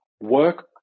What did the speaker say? work